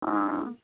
ও